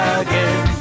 again